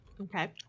Okay